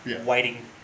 waiting